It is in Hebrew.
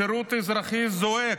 השירות האזרחי זועק: